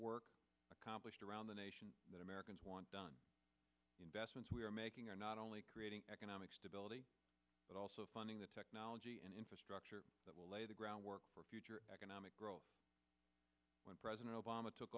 work accomplished around the nation that americans want investments we are making are not only creating economic stability but also funding the technology and infrastructure that will lay the groundwork for future economic growth when president obama took